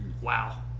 wow